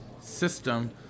system